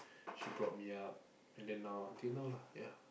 she brought me up and then now until now lah ya